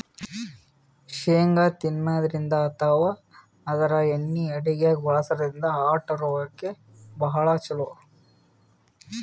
ಶೇಂಗಾ ತಿನ್ನದ್ರಿನ್ದ ಅಥವಾ ಆದ್ರ ಎಣ್ಣಿ ಅಡಗ್ಯಾಗ್ ಬಳಸದ್ರಿನ್ದ ಹಾರ್ಟ್ ರೋಗಕ್ಕ್ ಭಾಳ್ ಛಲೋ